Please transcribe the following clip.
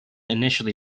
initially